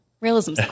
realism